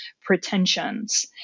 pretensions